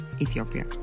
Ethiopia